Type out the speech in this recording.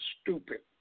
stupid